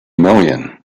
million